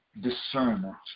discernment